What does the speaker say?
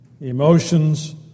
emotions